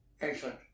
Excellent